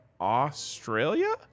Australia